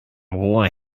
rohr